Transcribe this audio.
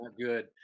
good